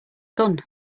gun